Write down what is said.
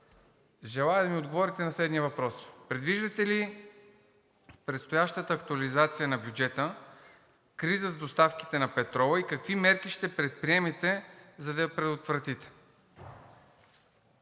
желая да ми отговорите на следния въпрос: предвиждате ли в предстоящата актуализация на бюджета криза с доставките на петрола и какви мерки ще предприемете, за да я предотвратите?